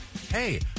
hey